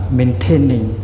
maintaining